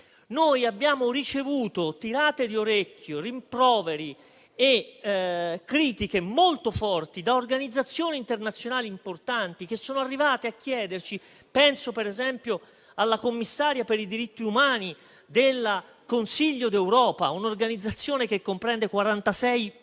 Abbiamo ricevuto tirate di orecchi, rimproveri e critiche molto forti da organizzazioni internazionali importanti - penso, per esempio, alla commissaria per i diritti umani del Consiglio d'Europa, un'organizzazione che comprende 46 Paesi